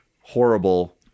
horrible